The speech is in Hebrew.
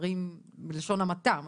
מצערים בלשון המעטה.